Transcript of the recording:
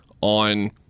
on